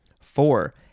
Four